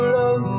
love